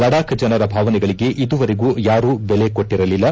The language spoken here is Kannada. ಲಡಾಖ್ ಜನರ ಭಾವನೆಗಳಿಗೆ ಇದುವರೆಗೂ ಯಾರೂ ಬೆಲೆ ಕೊಟ್ಟರಲಿಲ್ಲ